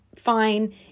fine